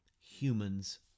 humans